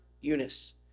Eunice